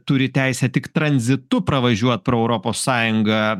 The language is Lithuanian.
turi teisę tik tranzitu pravažiuot pro europos sąjungą